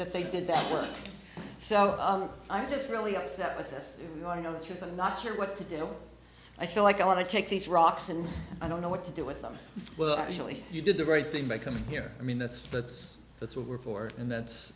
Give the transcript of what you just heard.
that they did that were so i'm just really upset with this i know i'm not sure what to do i feel like i want to take these rocks and i don't know what to do with them well actually you did the right thing by coming here i mean that's that's that's what we're for and that's